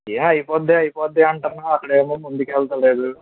అయిపోద్ది అయిపోద్ది అంటున్నావు అక్కడ ఏమో ముందుకు వెళ్తలేదు